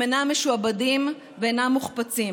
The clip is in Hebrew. הם אינם משועבדים ואינם מוחפצים,